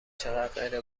چقدرغیر